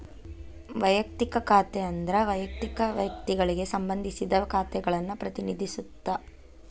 ವಯಕ್ತಿಕ ಖಾತೆ ಅಂದ್ರ ವಯಕ್ತಿಕ ವ್ಯಕ್ತಿಗಳಿಗೆ ಸಂಬಂಧಿಸಿದ ಖಾತೆಗಳನ್ನ ಪ್ರತಿನಿಧಿಸುತ್ತ